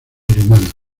rumana